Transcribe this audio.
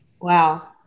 wow